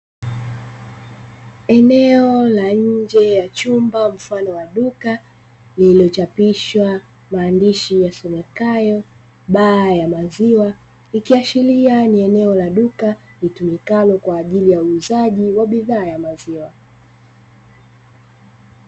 Eneo la nje ya chumba mfano wa duka, lililochapishwa maandishi yasomekayo "BAA YA MAZIWA" ikiashiria ni eneo la duka litumikalo kwa ajili ya uuzaji wa bidhaa ya maziwa.